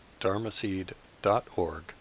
dharmaseed.org